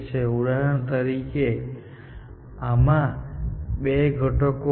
ઉદાહરણ તરીકે આમાં બે ઘટકો હશે